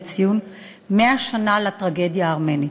לציון 100 שנה לטרגדיה הארמנית.